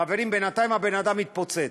חברים, בינתיים הבן-אדם התפוצץ.